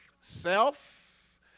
self